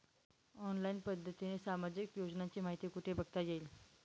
Online पद्धतीने सामाजिक योजनांची माहिती कुठे बघता येईल?